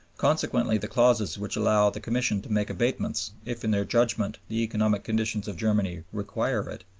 consequently the clauses which allow the commission to make abatements, if in their judgment the economic conditions of germany require it,